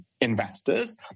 investors